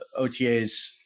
otas